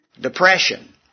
depression